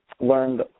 learned